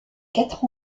quatre